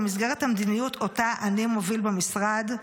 במסגרת המדיניות שאותה אני מוביל במשרד,